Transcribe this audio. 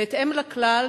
בהתאם לכלל,